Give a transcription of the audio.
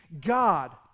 God